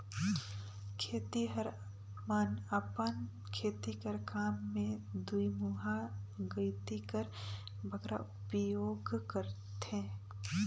खेतिहर मन अपन खेती कर काम मे दुईमुहा गइती कर बगरा उपियोग करथे